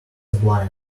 blind